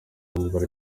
baracyari